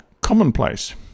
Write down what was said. commonplace